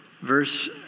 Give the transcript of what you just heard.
verse